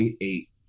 eight